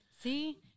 See